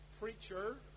Preacher